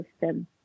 system